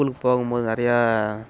ஸ்கூலுக்கு போகும்போது நிறையா